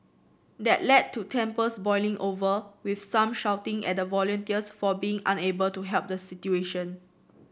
that led to tempers boiling over with some shouting at the volunteers for being unable to help the situation